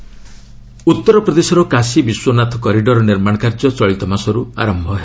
କାଶୀ ବିଶ୍ୱନାଥ ଉତ୍ତର ପ୍ରଦେଶର କାଶୀ ବିଶ୍ୱନାଥ କରିଡର୍ ନିର୍ମାଣ କାର୍ଯ୍ୟ ଚଳିତ ମାସରୁ ଆରମ୍ଭ ହେବ